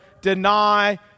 deny